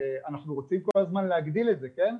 אנחנו רוצים כל הזמן להגדיל את זה, כן?